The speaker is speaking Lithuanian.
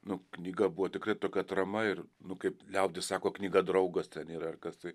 nu knyga buvo tikrai tokia atrama ir nu kaip liaudis sako knyga draugas ten yra ar kas tai